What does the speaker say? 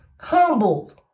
humbled